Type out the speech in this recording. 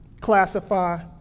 classify